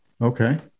Okay